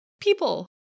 people